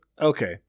okay